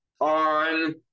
on